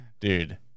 dude